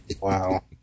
Wow